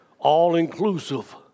all-inclusive